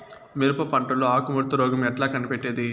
మిరప పంటలో ఆకు ముడత రోగం ఎట్లా కనిపెట్టేది?